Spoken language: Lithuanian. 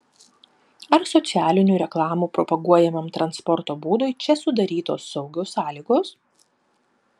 ar socialinių reklamų propaguojamam transporto būdui čia sudarytos saugios sąlygos